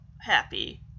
happy